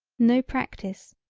no practice,